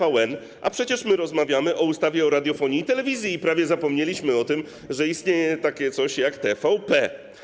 A przecież my rozmawiamy o ustawie o radiofonii i telewizji i prawie zapomnieliśmy o tym, że istnieje coś takiego jak TVP.